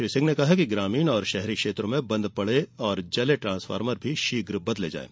श्री सिंह ने कहा कि ग्रामीण और शहरी क्षेत्रों में बंद पड़े और जले ट्रांसफार्मर शीघ्र बदलें जाएं